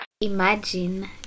imagine